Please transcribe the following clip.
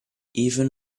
even